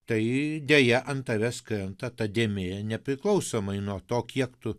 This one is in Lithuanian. tai deja an tavęs krenta ta dėmė nepriklausomai nuo to kiek tu